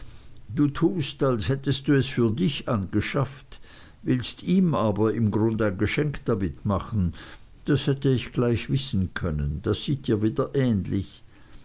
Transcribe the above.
du tust als hättest du es für dich angeschafft willst ihm aber im grunde ein geschenk damit machen das hätte ich gleich wissen können das sieht dir wieder ähnlich